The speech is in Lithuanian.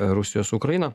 rusijos su ukraina